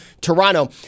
Toronto